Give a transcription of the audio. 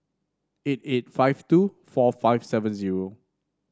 eight eight five two four five seven zero